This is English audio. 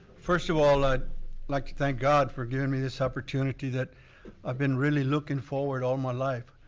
first of all i'd like to thank god for giving me this opportunity that i've been really looking forward all my life.